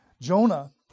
Jonah